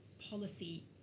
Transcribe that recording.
policy